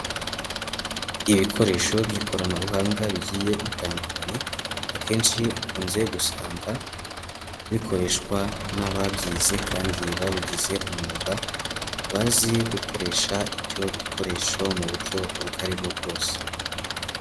Ibikoresho by'ikoranabuhanga bigiye bitandukanye, akenshi ukunze gusanga bikoreshwa n'ababyize kandi babigize umwuga, bazi gukoresha ibyo bikoresho mu buryo ubwo ari bwo bwose.